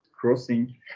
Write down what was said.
crossing